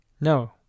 No